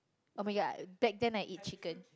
oh-my-god back then I eat chicken